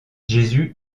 jésus